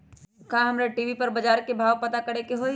का हमरा टी.वी पर बजार के भाव पता करे के होई?